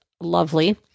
lovely